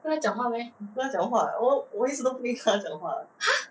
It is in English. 没跟她讲话 liao 我我一直都没跟她讲话了